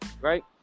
Right